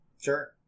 sure